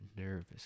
nervous